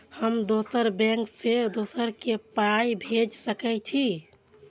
हम दोसर बैंक से दोसरा के पाय भेज सके छी?